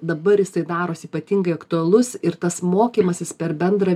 dabar jisai darosi ypatingai aktualus ir tas mokymąsis per bendrą